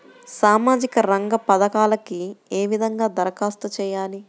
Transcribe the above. సామాజిక రంగ పథకాలకీ ఏ విధంగా ధరఖాస్తు చేయాలి?